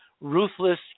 ruthless